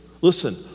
listen